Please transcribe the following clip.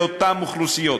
לאותן אוכלוסיות.